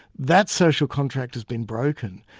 that social contract has been broken,